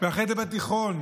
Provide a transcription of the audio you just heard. ואחרי זה בתיכון,